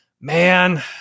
Man